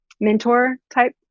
mentor-type